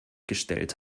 gestellt